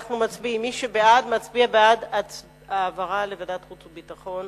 מצביע בעד העברה לוועדת החוץ והביטחון.